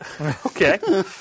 okay